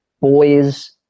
boys